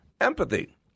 empathy